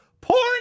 Porn